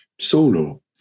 solo